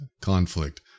conflict